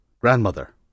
Grandmother